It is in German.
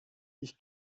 ich